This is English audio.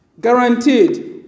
guaranteed